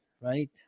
Right